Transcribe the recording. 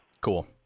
Cool